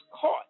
caught